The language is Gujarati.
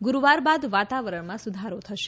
ગુરૂવાર બાદ વાતાવરણમાં સુધારો થશે